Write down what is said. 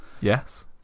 Yes